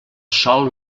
sòl